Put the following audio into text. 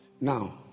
now